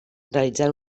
realitzant